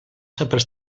saper